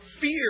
fear